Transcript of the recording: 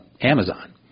Amazon